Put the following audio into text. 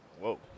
whoa